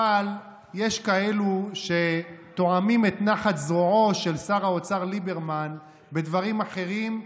אבל יש כאלה שטועמים את נחת זרועו של שר האוצר ליברמן בדברים אחרים,